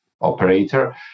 operator